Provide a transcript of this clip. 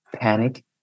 panic